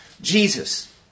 Jesus